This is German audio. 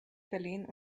berlin